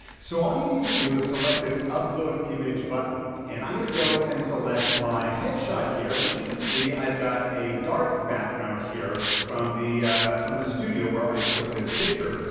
so all you need to do is select this upload image button, and i'm gonna go and select my headshot here, which you can see, i've got a dark background here from the from the studio where i took this picture.